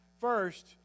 First